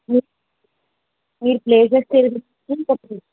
మీ మీరు ప్లేసెస్ చెప్తే మాకు చెప్తాను